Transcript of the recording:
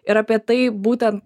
ir apie tai būtent